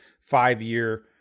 five-year